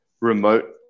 remote